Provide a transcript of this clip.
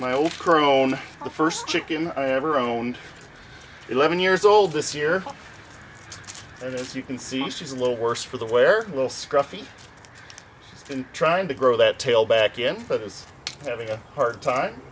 my old crone the first chicken i ever owned eleven years old this year and as you can see she's a little worse for the wear little scruffy and trying to grow that tail back in but is having a hard time